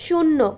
শূন্য